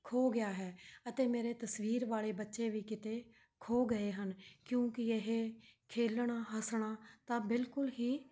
ਖੋ ਗਿਆ ਹੈ ਅਤੇ ਮੇਰੇ ਤਸਵੀਰ ਵਾਲੇ ਬੱਚੇ ਵੀ ਕਿਤੇ ਖੋ ਗਏ ਹਨ ਕਿਉਂਕਿ ਇਹ ਖੇਡਣਾ ਹੱਸਣਾ ਤਾਂ ਬਿਲਕੁਲ ਹੀ